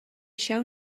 show